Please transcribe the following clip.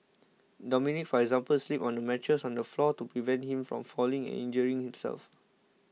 Dominic for example sleeps on a mattress on the floor to prevent him from falling and injuring himself